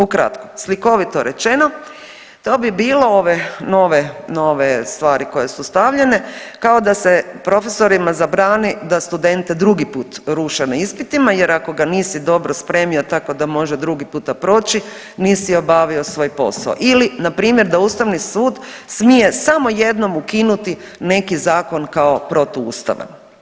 Ukratko, slikovito rečeno to bi bilo ove nove, nove stvari koje su stavljene kao da se profesorima zabrani da studente drugi put ruše na ispitima jer ako ga nisi dobro spremio tako da može drugi puta proći nisi obavio svoj posao ili npr. da Ustavni sud smije samo jednom ukinuti neki zakon kao protuustavan.